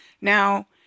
Now